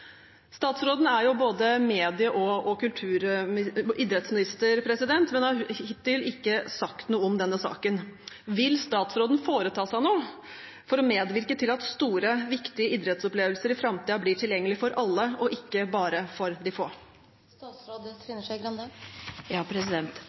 Statsråden er jo både medie- og idrettsminister, men har hittil ikke sagt noe om denne saken. Vil statsråden foreta seg noe for å medvirke til at store, viktige idrettsopplevelser i framtiden blir tilgjengelig for alle, og ikke bare for de